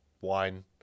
wine